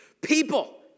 people